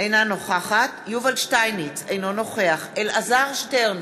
אינה נוכחת יובל שטייניץ, אינו נוכח אלעזר שטרן,